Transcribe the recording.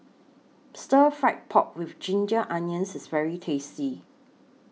Stir Fry Pork with Ginger Onions IS very tasty